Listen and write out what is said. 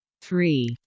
three